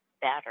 Better